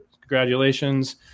Congratulations